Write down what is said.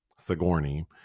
Sigourney